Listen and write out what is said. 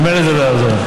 ממילא זה לא יעזור.